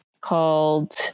called